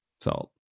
salt